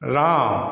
Ram